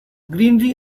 greenery